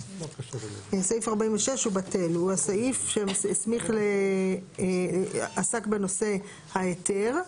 בטל, הוא הסעיף שעסק בנושא ההיתר.